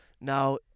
Now